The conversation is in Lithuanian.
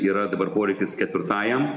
yra dabar poreikis ketvirtajam